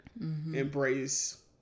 embrace